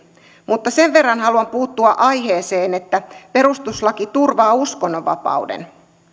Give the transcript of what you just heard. mutta sen verran haluan puuttua aiheeseen että perustuslaki turvaa uskonnonvapauden